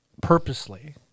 purposely